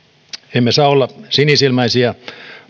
emme saa olla sinisilmäisiä